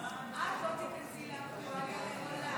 את לא תיכנסי לאקטואליה לעולם.